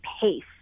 pace